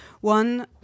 One